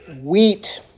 Wheat